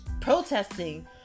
protesting